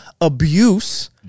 abuse